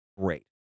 Great